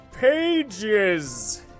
pages